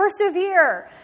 persevere